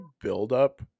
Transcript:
build-up